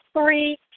three